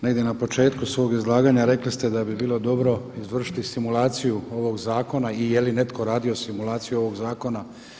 Negdje na početku svog izlaganja rekli ste da bi bilo dobro izvršiti simulaciju ovog zakona i jeli netko radio simulaciju ovog zakona.